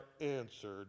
answered